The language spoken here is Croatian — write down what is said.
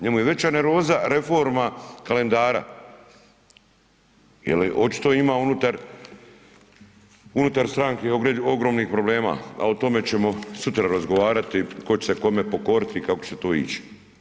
Njemu je veća nervoza reforma kalendara jer očito ima unutar stranke ogromnih problema, a o tome ćemo sutra razgovarati, tko će se kome pokoriti i kako će to ići.